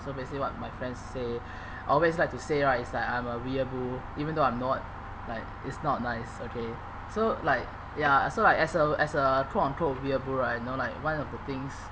so basically what my friends say always like to say right it's like I'm a weeaboo even though I'm not like it's not nice okay so like ya so like as a as a quote unquote weeaboo right you know like one of the things